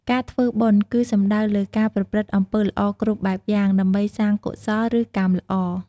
ការធ្វើបុណ្យ គឺសំដៅលើ ការប្រព្រឹត្តអំពើល្អគ្រប់បែបយ៉ាង ដើម្បីសាងកុសល ឬកម្មល្អ។